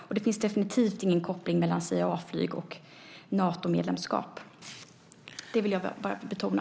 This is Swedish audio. Och det finns definitivt ingen koppling mellan CIA-flyg och Natomedlemskap. Det vill jag bara betona.